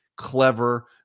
clever